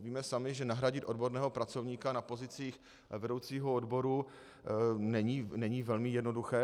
Víme sami, že nahradit odborného pracovníka na pozicích vedoucího odboru není velmi jednoduché.